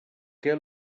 què